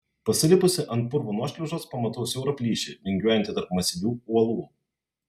pasilipusi ant purvo nuošliaužos pamatau siaurą plyšį vingiuojantį tarp masyvių uolų